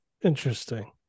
interesting